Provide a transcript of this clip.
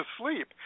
sleep